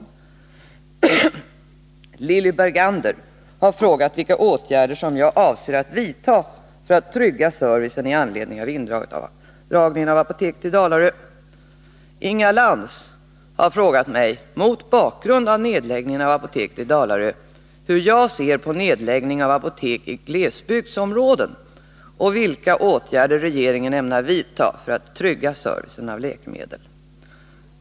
Lilly Bergander har frågat vilka åtgärder som jag avser att vidta för att trygga servicen i anledning av indragningen av apoteket i Dalarö. Inga Lantz har, mot bakgrund av nedläggningen av apoteket i Dalarö, frågat mig hur jag ser på nedläggning av apotek i glesbygdsområden och vilka åtgärder regeringen ämnar vidta för att trygga servicen av läkemedel.